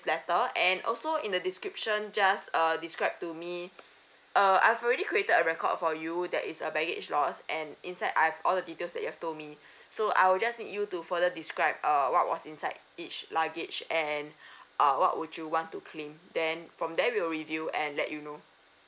letter and also in the description just err describe to me uh I've already created a record for you that is uh baggage loss and inside I've all the details that you've told me so I will just need you to further described err what was inside each luggage and uh what would you want to claim then from there we will review and let you know